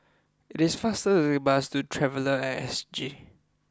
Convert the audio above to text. it is faster to take the bus to Traveller at S G